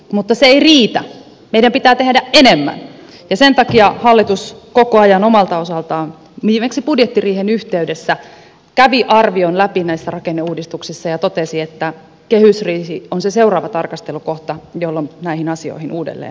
mutta se ei riitä meidän pitää tehdä enemmän ja sen takia hallitus toimii koko ajan omalta osaltaan viimeksi budjettiriihen yhteydessä kävi arvion läpi näistä rakenneuudistuksista ja totesi että kehysriihi on se seuraava tarkastelukohta jossa näihin asioihin uudelleen palataan